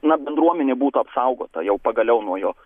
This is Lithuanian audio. na bendruomenė būtų apsaugota jau pagaliau nuo jo